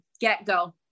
get-go